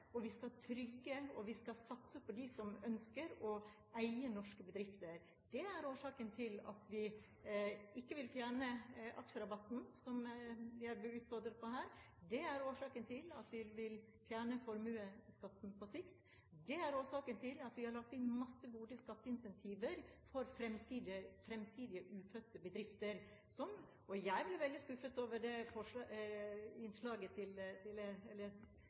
næringslivet. Vi skal investere, vi skal trygge, og vi skal satse på dem som ønsker å eie norske bedrifter. Det er årsaken til at vi ikke vil fjerne aksjerabatten, som jeg ble utfordret på her. Det er årsaken til at vi vil fjerne formuesskatten på sikt. Det er årsaken til at vi har lagt inn masse gode skatteincentiver for fremtidige ufødte bedrifter. Jeg ble veldig skuffet over innlegget fra SV her i dag. Det